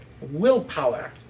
willpower